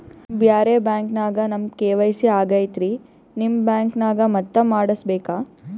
ಬ್ಯಾರೆ ಬ್ಯಾಂಕ ನ್ಯಾಗ ನಮ್ ಕೆ.ವೈ.ಸಿ ಆಗೈತ್ರಿ ನಿಮ್ ಬ್ಯಾಂಕನಾಗ ಮತ್ತ ಮಾಡಸ್ ಬೇಕ?